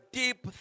deep